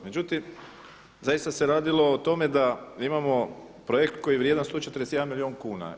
Međutim, zaista se radilo o tome da imamo projekt koji je vrijedan 141 milijun kuna.